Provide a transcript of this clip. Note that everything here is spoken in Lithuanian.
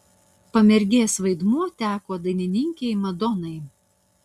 pamergės vaidmuo teko dainininkei madonai